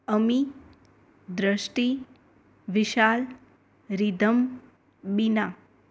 Ami Drishti Vishal Rhythm Bina